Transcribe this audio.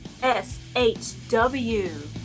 SHW